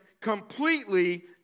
completely